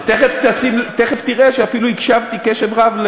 תכף תראה שאפילו הקשבתי קשב רב,